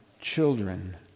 children